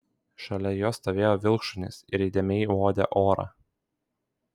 šalia jo stovėjo vilkšunis ir įdėmiai uodė orą